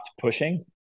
pushing